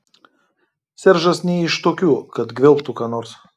seržas ne iš tokių kad gvelbtų ką nors